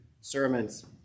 sermons